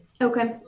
Okay